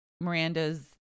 Miranda's